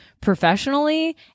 professionally